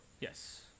Yes